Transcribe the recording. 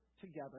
together